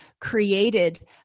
created